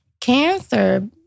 cancer